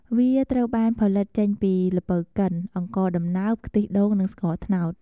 វាត្រូវបានផលិតចេញពីល្ពៅកិន អង្ករដំណើប ខ្ទិះដូង និងស្ករត្នោត។